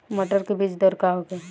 मटर के बीज दर का होखे?